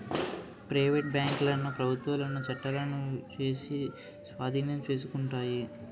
private బ్యాంకులను ప్రభుత్వాలు చట్టాలు చేసి స్వాధీనం చేసుకుంటాయి